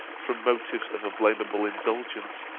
from motives of a blamable indulgence,